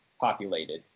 populated